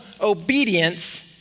obedience